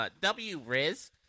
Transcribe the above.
W-Riz